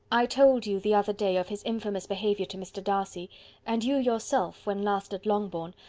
i told you, the other day, of his infamous behaviour to mr. darcy and you yourself, when last at longbourn,